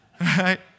Right